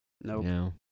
nope